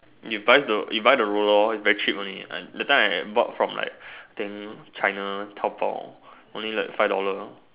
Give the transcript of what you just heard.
you buy the you buy the roller lor very cheap only that time I bought from like think China Taobao only like five dollar lor